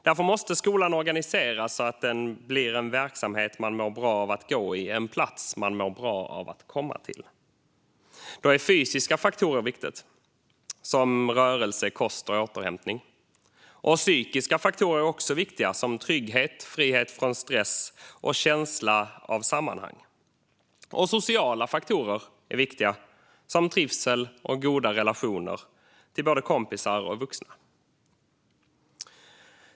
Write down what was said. Därför måste skolan organiseras så att den blir en verksamhet man mår bra av att gå i och en plats man mår bra av att komma till. Då är fysiska faktorer viktiga, som rörelse, kost och återhämtning. Psykiska faktorer är också viktiga, som trygghet, frihet från stress och känsla av sammanhang. Även sociala faktorer är viktiga, som trivsel och goda relationer till både kompisar och vuxna.